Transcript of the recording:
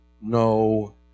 no